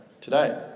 today